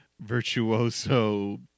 Virtuoso